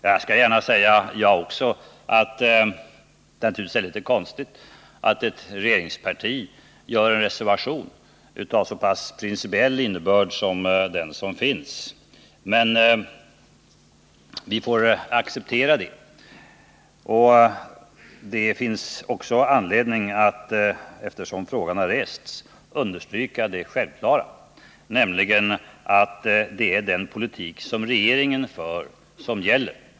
Jag kan gärna hålla med om att det naturligtvis är litet konstigt att ett regeringsparti kommer med en reservation av så pass principiell innebörd som den som här finns, men det får vi acceptera. Eftersom frågan har rests finns det anledning att understryka det självklara, nämligen att det är den politik som regeringen för som gäller.